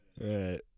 right